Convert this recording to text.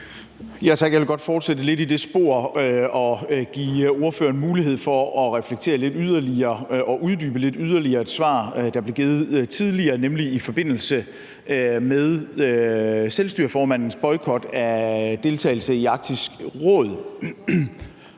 Jeg vil godt fortsætte lidt i det spor og give ordføreren mulighed for at reflektere lidt yderligere over et svar, der blev givet tidligere, og uddybe det lidt yderligere, nemlig i forbindelse med selvstyreformandens boykot af deltagelse i Nordisk Råd.